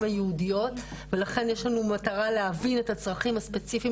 היהודיות ולכן יש לנו מטרה להעביר את הצרכים הספציפיים